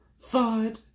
Thud